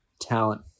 talent